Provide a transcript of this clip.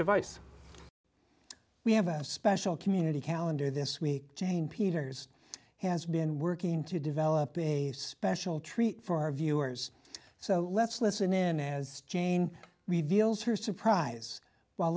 device we have a special community calendar this week jane peters has been working to develop a special treat for our viewers so let's listen in as jane reveals her surprise while